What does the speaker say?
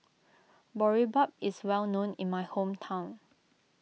Boribap is well known in my hometown